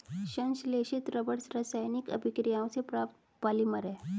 संश्लेषित रबर रासायनिक अभिक्रियाओं से प्राप्त पॉलिमर है